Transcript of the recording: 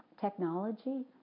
technology